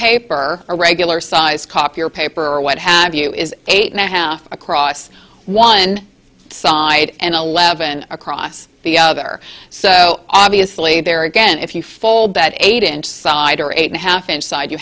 a regular size copier paper or what have you is eight and a half across one side and eleven across the other so obviously there again if you fold that eight inch side or eight half inch side you